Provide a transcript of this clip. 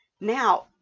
now